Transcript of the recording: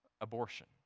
abortion